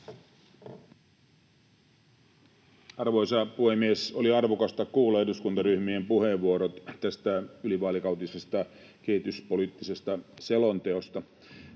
Arvoisa puhemies! Oli arvokasta kuulla eduskuntaryhmien puheenvuorot tästä ylivaalikautisesta kehityspoliittisesta selonteosta.